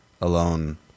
alone